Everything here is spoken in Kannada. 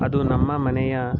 ಅದು ನಮ್ಮ ಮನೆಯ